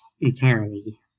entirely